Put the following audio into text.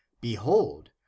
Behold